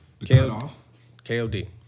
KOD